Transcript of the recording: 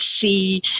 see